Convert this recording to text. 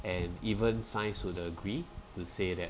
and even science would agree to say that